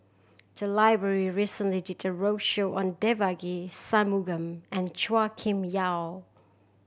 the library recently did a roadshow on Devagi Sanmugam and Chua Kim Yeow